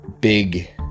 big